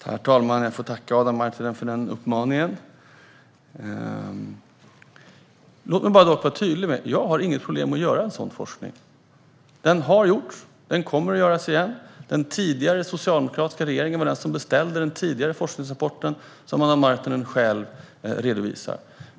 Herr talman! Jag tackar Adam Marttinen för den uppmaningen. Låt mig dock vara tydlig med att jag inte har något problem med att sådan forskning görs. Den har gjorts, och den kommer att göras igen. Den tidigare socialdemokratiska regeringen var den som beställde den forskningsrapport som Adam Marttinen själv redovisar.